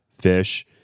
fish